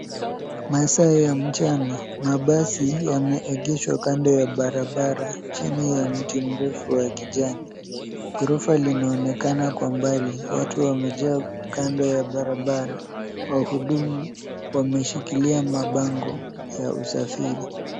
Masaa ya mchana, mabasi yameegeshwa kando ya barabara chini ya mti mrefu wa kijani. Ghorofa linaonekana kwa mbali. Watu wamejaa kando ya barabara. Wahudumu wameshikilia mabango ya usafiri.